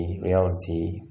reality